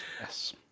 Yes